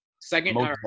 Second